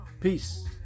Peace